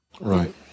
Right